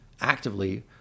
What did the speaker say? actively